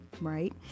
right